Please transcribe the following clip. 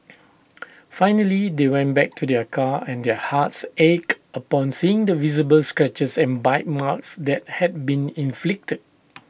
finally they went back to their car and their hearts ached upon seeing the visible scratches and bite marks that had been inflicted